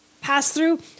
pass-through